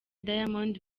diamond